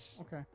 okay